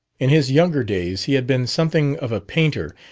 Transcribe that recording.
in his younger days he had been something of a painter,